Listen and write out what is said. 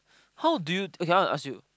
how do you okay I want to ask you